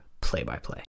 play-by-play